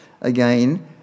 again